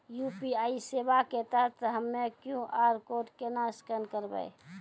UPI सेवा के तहत हम्मय क्यू.आर कोड केना स्कैन करबै?